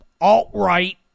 alt-right